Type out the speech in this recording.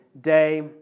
day